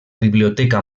biblioteca